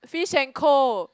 Fish and Co